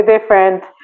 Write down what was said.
different